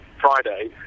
Friday